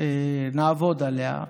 נעבוד עליה.